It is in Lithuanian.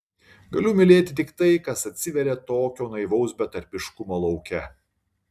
galiu mylėti tik tai kas atsiveria tokio naivaus betarpiškumo lauke